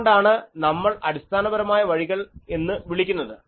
അതുകൊണ്ടാണ് നമ്മൾ അടിസ്ഥാനപരമായ വഴികൾ എന്ന് വിളിക്കുന്നത്